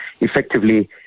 Effectively